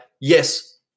yes